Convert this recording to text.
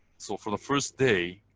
so for the first day,